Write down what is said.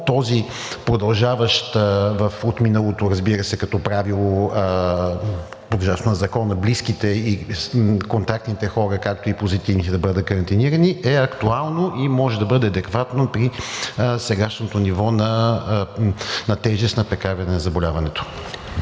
това продължаващо от миналото като правило, разбира се, подлежащо на Закона, близките или контактните хората, както и позитивните да бъдат карантинирани, е актуално и може да бъде адекватно при сегашното ниво на тежест на прекарване на заболяването?